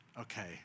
okay